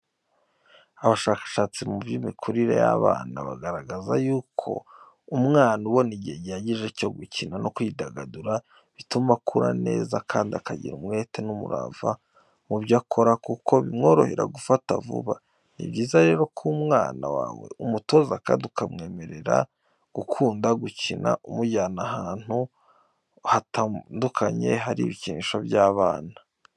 Abashakashatsi mu by'imikurire y'abana bagaragaza y'uko umwana ubona igihe gihagije cyo gukina no kwidagadura bituma akura neza kandi akagira umwete n'umurava mu byo akora kuko bimworohera gufata vuba , ni byiza rero ko umwana wawe umutoza kandi ukamumenyereza gukunda gukina umujyana ahantu hatandukanye hari ibikinisho by'abana.